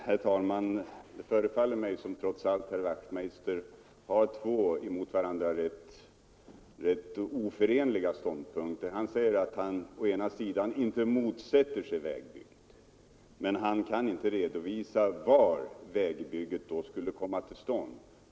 Herr talman! Det förefaller mig som om herr Wachtmeister trots allt intar två emot varandra rätt oförenliga ståndpunkter. Han säger att han inte motsätter sig vägbygget, men han kan inte redovisa var vägbygget då skall komma till stånd.